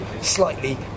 slightly